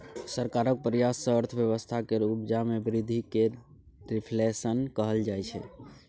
सरकारक प्रयास सँ अर्थव्यवस्था केर उपजा मे बृद्धि केँ रिफ्लेशन कहल जाइ छै